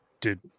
Dude